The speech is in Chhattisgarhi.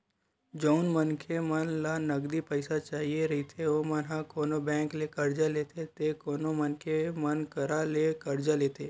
जउन मनखे मन ल नगदी पइसा चाही रहिथे ओमन ह कोनो बेंक ले करजा लेथे ते कोनो मनखे मन करा ले करजा लेथे